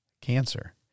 cancer